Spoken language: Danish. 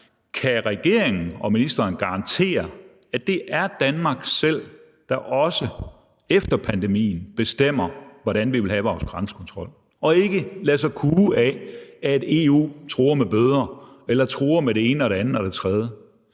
Kan regeringen og ministeren garantere, at det er Danmark selv, der også efter pandemien bestemmer, hvordan vi vil have vores grænsekontrol, og ikke lader sig kue af, at EU truer med bøder eller truer med det ene og det andet? Kan vi